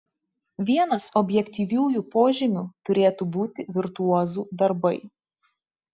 vienas objektyviųjų požymių turėtų būti virtuozų darbai